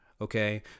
Okay